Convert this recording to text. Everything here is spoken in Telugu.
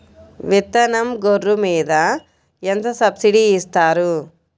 విత్తనం గొర్రు మీద ఎంత సబ్సిడీ ఇస్తారు?